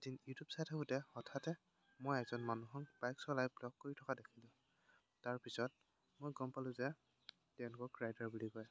এদিন ইউটিউব চাই থাকোতে হঠাতে মই এজন মানুহক বাইক চলাই ব্লগ কৰি থকা দেখিলোঁ তাৰপিছত মই গম পালোঁ যে তেওঁলোকক ৰাইডাৰ বুলি কয়